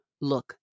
Look